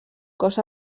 cos